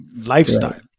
lifestyle